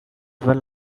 well